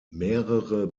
mehrere